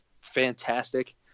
fantastic